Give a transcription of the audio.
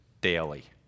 daily